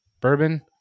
bourbon